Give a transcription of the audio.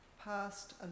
past